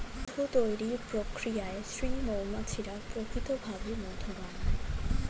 মধু তৈরির প্রক্রিয়ায় স্ত্রী মৌমাছিরা প্রাকৃতিক ভাবে মধু বানায়